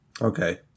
Okay